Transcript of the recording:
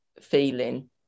feeling